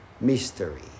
mystery